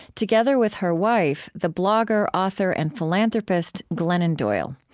together with her wife, the blogger, author, and philanthropist glennon doyle.